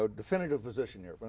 so definitive position here. but